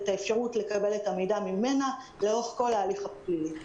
האפשרות לקבל את המידע ממנ"ע לאורך כל ההליך הפלילי.